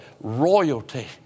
royalty